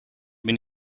been